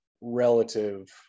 relative